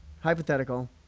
Hypothetical